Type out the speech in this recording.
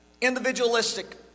Individualistic